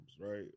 right